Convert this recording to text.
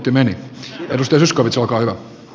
arvoisa herra puhemies